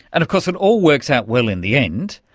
and of course it all works out well in the end.